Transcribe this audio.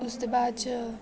उसदे बाद च